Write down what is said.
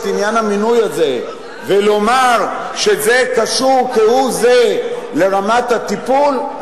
עניין המינוי הזה ולומר שהוא קשור כהוא-זה לרמת הטיפול,